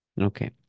Okay